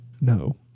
No